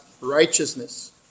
righteousness